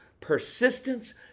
persistence